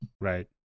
right